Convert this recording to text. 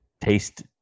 taste